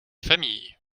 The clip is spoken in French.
familles